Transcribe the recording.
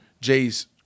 Jay's